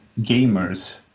gamers